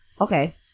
Okay